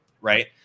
right